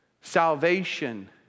Salvation